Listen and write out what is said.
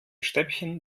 stäbchen